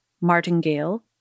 martingale